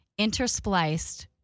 interspliced